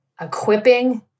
equipping